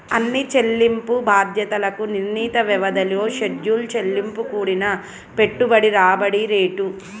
అన్ని చెల్లింపు బాధ్యతలకు నిర్ణీత వ్యవధిలో షెడ్యూల్ చెల్లింపు కూడిన పెట్టుబడి రాబడి రేటు